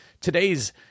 today's